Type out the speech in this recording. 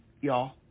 y'all